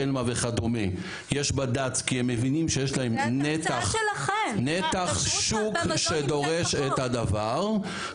תלמה וכדומה יש בד"ץ כי הם מבינים שיש להם נתח שוק שדורש את הדבר,